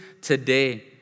today